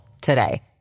today